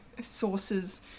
sources